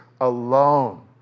alone